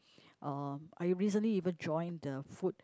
um I recently even joined the food